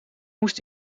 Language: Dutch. moest